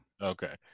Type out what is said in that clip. Okay